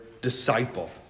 Disciple